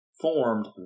formed